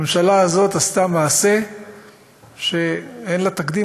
הממשלה הזאת עשתה מעשה שאין לו תקדים,